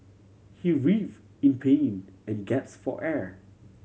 he writhe in pain and gaps for air